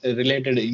related